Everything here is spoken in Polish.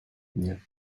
nie